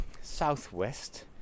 southwest